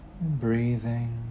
Breathing